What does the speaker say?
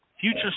future